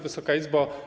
Wysoka Izbo!